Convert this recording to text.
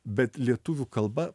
bet lietuvių kalba